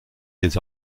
des